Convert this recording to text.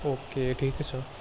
okay ठिकै छ